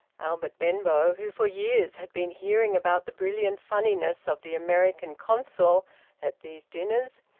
albert benbow, who for years had been hearing about the brilliant funniness of the american consul at these dinners,